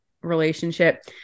relationship